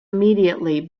immediately